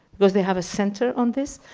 cause they have a center on this,